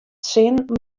sin